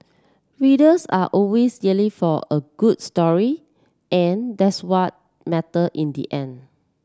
readers are always yearning for a good story and that's what matter in the end